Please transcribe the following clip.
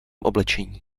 oblečení